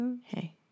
hey